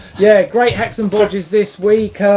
yeah great hacks and bodges this week.